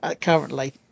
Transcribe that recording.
currently